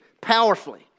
powerfully